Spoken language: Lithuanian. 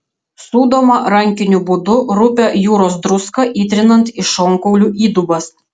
sūdoma rankiniu būdu rupią jūros druską įtrinant į šonkaulių įdubas